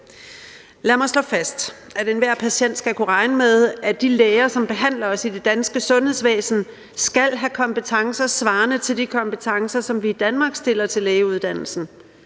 Lad mig slå fast, at enhver patient skal kunne regne med, at de læger, som behandler os i det danske sundhedsvæsen, skal have kompetencer svarende til de kompetencekrav, som vi i Danmark stiller til lægeuddannelsen.